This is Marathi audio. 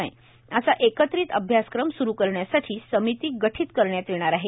मय असा एकत्रित अभ्यासक्रम सुरु करण्यासाठी समिती गठित करण्यात येणार आहे